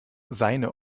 seine